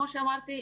כמו שאמרתי,